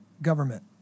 government